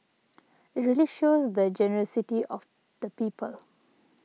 it really shows the generosity of the people